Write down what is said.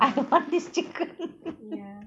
I want this chicken